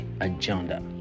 agenda